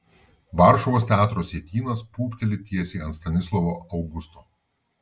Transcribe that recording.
varšuvos teatro sietynas pūpteli tiesiai ant stanislovo augusto